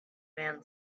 man